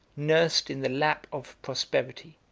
nursed in the lap of prosperity,